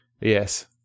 Yes